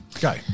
Go